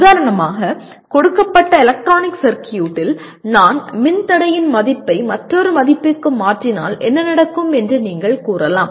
உதாரணமாக கொடுக்கப்பட்ட எலக்ட்ரானிக் சர்க்யூட்டில் நான் மின்தடையின் மதிப்பை மற்றொரு மதிப்புக்கு மாற்றினால் என்ன நடக்கும் என்று நீங்கள் கூறலாம்